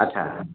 ଆଚ୍ଛା